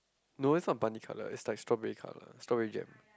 no it's not bunny colour it's like strawberry colour strawberry jam